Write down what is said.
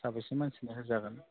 साबैसे मानसिनो जाहोजागोन